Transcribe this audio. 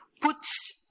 puts